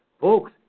Folks